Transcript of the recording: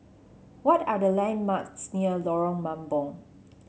what are the landmarks near Lorong Mambong